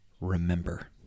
remember